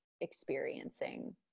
experiencing